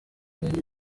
inkingi